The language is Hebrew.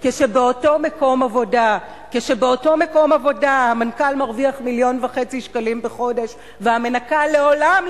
כשבאותו מקום עבודה המנכ"ל מרוויח 1.5 מיליון שקלים בחודש והמנקה לעולם,